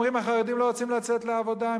אומרים: החרדים לא רוצים לצאת לעבודה,